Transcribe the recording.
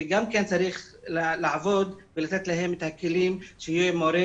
צריך גם לעבוד ולתת להם את הכלים שיהיה מורה